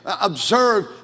observe